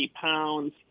pounds